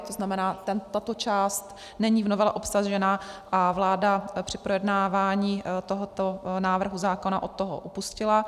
To znamená, tato část není v novele obsažena a vláda při projednávání tohoto návrhu zákona od toho upustila.